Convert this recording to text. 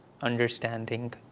understanding